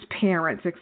parents